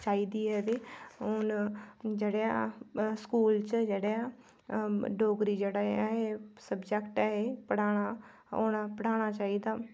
चाहिदी ऐ ते हू'न जेह्ड़े स्कूल च जेह्ड़े डोगरी जेह्ड़ा ऐ सब्जैक्ट ऐ एह् पढ़ाना औना पढ़ाना चाहिदा